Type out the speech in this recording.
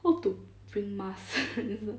to bring mask